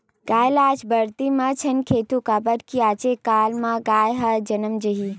गाय ल आज बरदी म झन खेदहूँ काबर कि आजे कल म गाय ह जनम जाही